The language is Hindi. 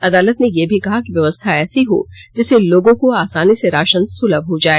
अदालत ने यह भी कहा कि व्यवस्था ऐसी हो जिससे लोगों को आसानी से राशन सुलभ हो जाए